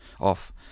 off